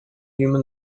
human